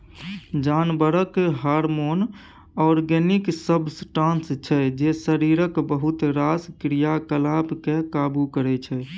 जानबरक hormone organic substance छै जे शरीरक बहुत रास क्रियाकलाप केँ काबु करय छै